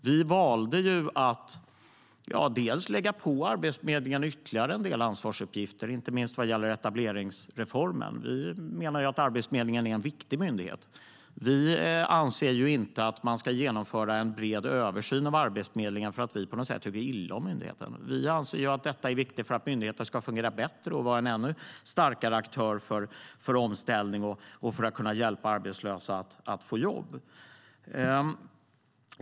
Vi valde att lägga på Arbetsförmedlingen ytterligare en del ansvarsuppgifter inte minst vad gäller etableringsreformen. Vi menar att Arbetsförmedlingen är en viktig myndighet. Vi anser inte att man ska genomföra en bred översyn av Arbetsförmedlingen för att vi på något sätt tycker illa om myndigheten. Vi anser att detta är viktigt för att myndigheten ska fungera bättre och vara en ännu starkare aktör för omställning och för att kunna hjälpa arbetslösa att få jobb.